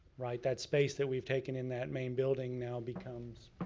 right? that space that we've taken in that main building now becomes.